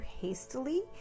hastily